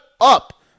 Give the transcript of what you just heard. up